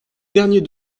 dernier